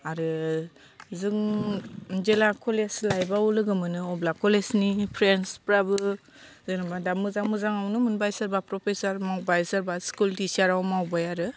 आरो जों जेला कलेज लाइफआव लोगो मोनो अब्ला कलेजनि फ्रेन्डसफ्राबो जेनेबा दा मोजां मोजाङावनो मोनबाय सोरबा प्रफेसार मावबाय सोरबा स्कुल टिचाराव मावबाय आरो